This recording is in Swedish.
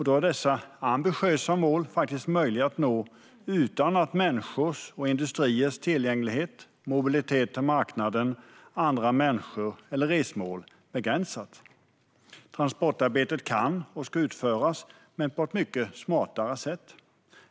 Då är dessa ambitiösa mål möjliga att nå utan att människors och industriers tillgänglighet, mobilitet till marknaden, andra människor eller resmål begränsas. Transportarbetet kan och ska utföras men på ett mycket smartare sätt.